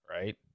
right